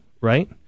right